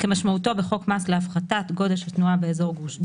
כמשמעותו בחוק מס להפחתת גודש התנועה באזור גוש דן,